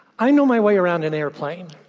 i know my way around an airplane.